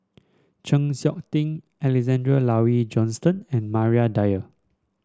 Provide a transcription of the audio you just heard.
Chng Seok Tin Alexander Laurie Johnston and Maria Dyer